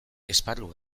esparru